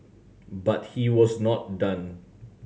but he was not done